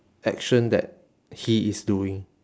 action that he is doing